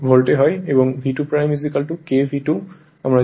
এবং V2 KV2 আমরা জানি